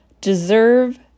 deserve